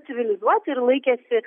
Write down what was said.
civilizuoti ir laikėsi